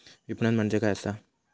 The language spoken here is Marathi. विपणन म्हणजे काय असा?